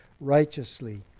righteously